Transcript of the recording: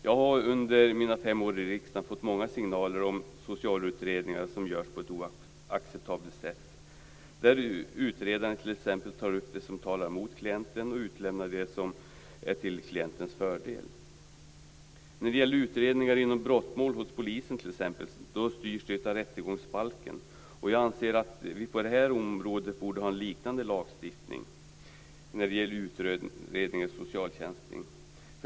Jag har under mina fem år i riksdagen fått många signaler om socialutredningar som görs på ett oacceptabelt sätt, t.ex. att utredaren tar upp det som talar mot klienten och utelämnar det som är till klientens fördel. Polisutredningar om brottmål styrs t.ex. av rättegångsbalken. Jag anser att vi när det gäller utredningar inom socialtjänsten inom det här området borde ha en liknande lagstiftning.